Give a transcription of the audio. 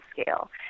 scale